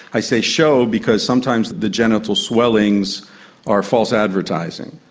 i say show because sometimes the genital swellings are false advertising,